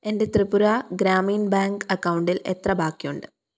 എൻ്റെ ത്രിപുര ഗ്രാമീൺ ബാങ്ക് അക്കൗണ്ടിൽ എത്ര ബാക്കിയുണ്ട്